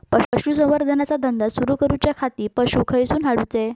पशुसंवर्धन चा धंदा सुरू करूच्या खाती पशू खईसून हाडूचे?